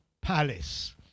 palace